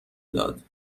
داد